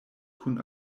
kun